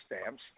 stamps